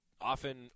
often